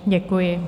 Děkuji.